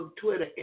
Twitter